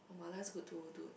oh mala is good too dude